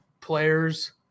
players –